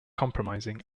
compromising